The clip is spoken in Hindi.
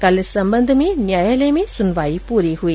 कल इस संबंध में न्यायालय में सुनवाई पूरी हुई